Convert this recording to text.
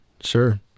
sure